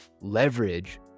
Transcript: leverage